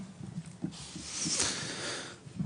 טוב.